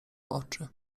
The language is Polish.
oczy